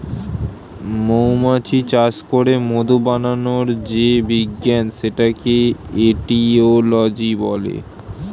মৌমাছি চাষ করে মধু বানানোর যে বিজ্ঞান সেটাকে এটিওলজি বলে